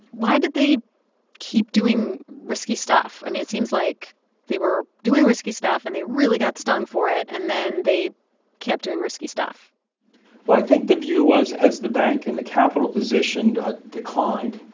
why did they keep doing risky stuff? i mean, it seems like they were doing risky stuff, and they really got stung for it. and then they kept doing risky stuff well, i think the view was as the bank and the capital position declined,